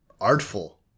Artful